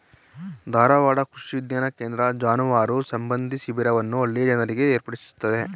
ಧಾರವಾಡ ಕೃಷಿ ವಿಜ್ಞಾನ ಕೇಂದ್ರ ಜಾನುವಾರು ಸಂಬಂಧಿ ಶಿಬಿರವನ್ನು ಹಳ್ಳಿಯ ಜನರಿಗಾಗಿ ಏರ್ಪಡಿಸಿತ್ತು